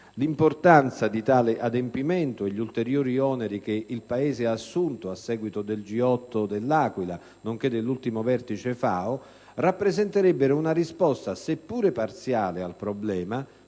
L'ottemperanza di tale adempimento e gli ulteriori oneri che il Paese ha assunto a seguito del G8 di L'Aquila nonché dell'ultimo vertice FAO, rappresenterebbero una risposta seppur parziale al problema,